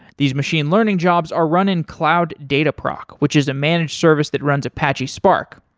these machine learning jobs are run in cloud dataproc, which is a managed service that runs apache spark.